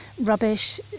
rubbish